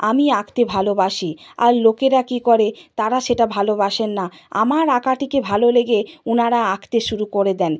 আমি আঁকতে ভালোবাসি আর লোকেরা কী করে তারা সেটা ভালোবাসেন না আমার আঁকাটিকে ভালো লেগে ওনারা আঁকতে শুরু করে দেন